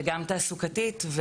גם תעסוקתית,